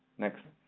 next